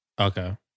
Okay